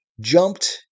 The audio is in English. jumped